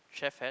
Chef Hat